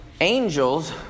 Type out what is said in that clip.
angels